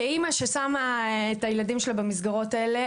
כאימא ששמה את הילדים שלה במסגרות האלה,